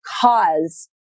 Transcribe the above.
cause